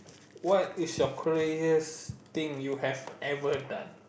what is your craziest thing you have ever done